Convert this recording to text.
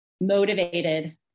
motivated